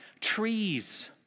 trees